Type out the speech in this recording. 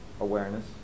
awareness